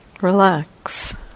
Relax